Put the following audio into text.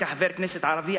כחבר כנסת ערבי,